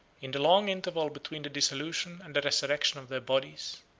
in the long interval between the dissolution and the resurrection of their bodies,